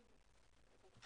9 עד